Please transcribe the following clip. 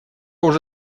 уже